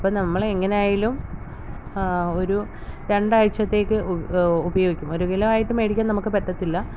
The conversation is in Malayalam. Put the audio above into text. അപ്പം നമ്മൾ എങ്ങനെ ആയാലും ഒരു രണ്ടാഴ്ചത്തേക്ക് ഉപയോഗിക്കും ഒരു കിലോ ആയിട്ട് മേടിക്കാൻ നമുക്ക് പറ്റത്തില്ല